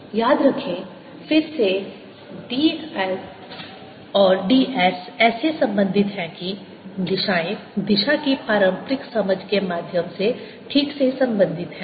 W12IBdS12IAdS12IAdl याद रखें फिर से d l और d s ऐसे संबंधित हैं कि दिशाएं दिशा की पारंपरिक समझ के माध्यम से ठीक से संबंधित हैं